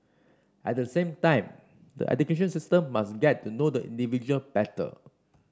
at the same time the education system must get to know the individual better